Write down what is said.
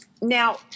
Now